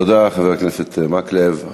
תודה, חבר הכנסת מקלב.